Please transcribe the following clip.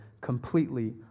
completely